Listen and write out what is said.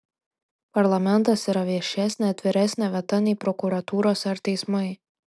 parlamentas yra viešesnė atviresnė vieta nei prokuratūros ar teismai